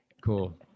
Cool